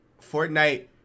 fortnite